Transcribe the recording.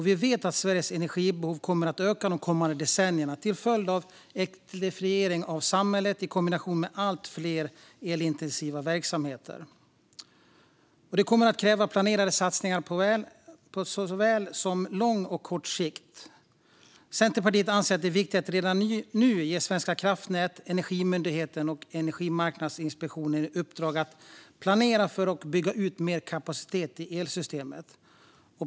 Vi vet att Sveriges energibehov kommer att öka de kommande decennierna till följd av elektrifieringen av samhället i kombination med allt fler elintensiva verksamheter. Det kommer att kräva planerade satsningar på såväl lång som kort sikt. Centerpartiet anser att det är viktigt att redan nu ge Svenska kraftnät, Energimyndigheten och Energimarknadsinspektionen i uppdrag att planera för och bygga ut mer kapacitet i elsystemet.